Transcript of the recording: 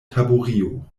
taburio